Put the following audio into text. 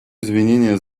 извинения